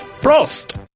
Prost